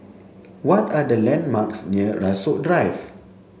what are the landmarks near Rasok Drive